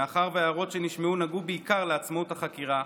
מאחר שההערות שנשמעו נגעו בעיקר לעצמאות החקירה,